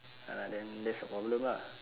uh then that's your problem lah